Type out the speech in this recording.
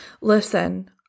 listen